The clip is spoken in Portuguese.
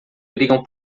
brigam